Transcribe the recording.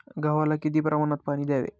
गव्हाला किती प्रमाणात पाणी द्यावे?